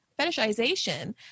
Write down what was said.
fetishization